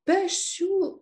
be šių